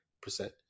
percent